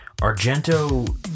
Argento